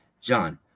John